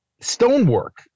stonework